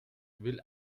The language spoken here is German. will